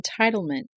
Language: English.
entitlement